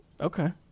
Okay